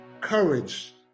courage